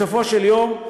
בסופו של דבר,